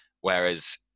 Whereas